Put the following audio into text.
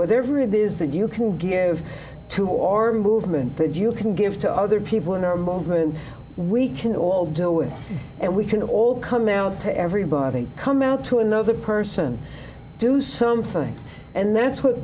whatever it is that you can give to our movement that you can give to there are people in our movement we can all do it and we can all come out to everybody come out to another person do something and that's what